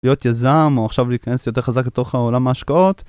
להיות יזם, או עכשיו להיכנס יותר חזק לתוך עולם ההשקעות.